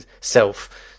self